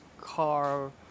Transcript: car